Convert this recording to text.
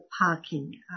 parking